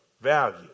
value